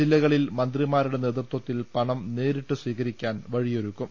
ജില്ലകളിൽ മന്ത്രി മാരുടെ നേതൃത്വത്തിൽ പണം നേരിട്ട് സ്വീകരിക്കാൻ വഴിയൊരു ക്കും